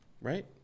right